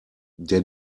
der